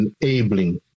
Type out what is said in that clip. enabling